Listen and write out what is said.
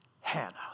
Hannah